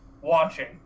watching